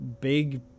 big